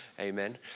Amen